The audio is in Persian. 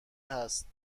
هست